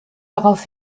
darauf